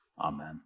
Amen